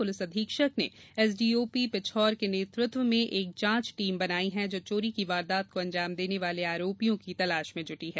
police अधीक्षक ने SDOP Pichhor के नेतृत्व में एक जांच टीम बनाई है जो चोरी की वारदात को अंजाम देने वाले आरोपियों की तलाश में जुटी है